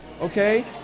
Okay